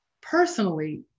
personally